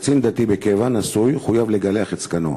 קצין דתי בקבע, נשוי, חויב לגלח את זקנו.